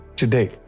today